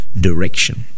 direction